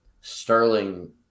Sterling